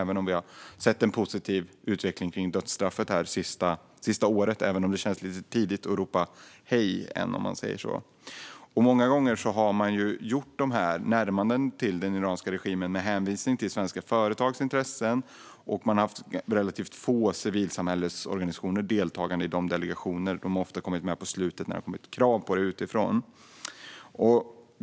Vi har visserligen sett en positiv utveckling kring dödsstraffet det senaste året, men det känns ännu lite tidigt att ropa hej. Många gånger har man gjort dessa närmanden till den iranska regimen med hänvisning till svenska företags intressen. Det har också varit relativt få civilsamhällesorganisationer deltagande i delegationerna. De har ofta kommit med på slutet när det har kommit krav om detta utifrån.